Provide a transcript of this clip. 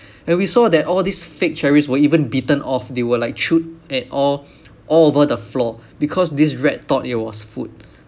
and we saw that all these fake cherries were even bitten off they were like chewed at all all over the floor because this rat thought it was food